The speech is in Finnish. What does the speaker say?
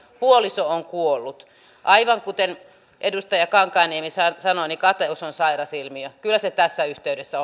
puoliso on kuollut aivan kuten edustaja kankaanniemi sanoi sanoi kateus on sairas ilmiö kyllä se tässä yhteydessä